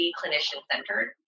clinician-centered